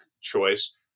choice